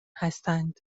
هستند